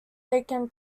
taken